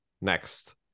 next